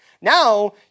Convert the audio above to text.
Now